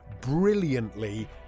brilliantly